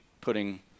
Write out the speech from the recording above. putting